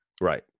Right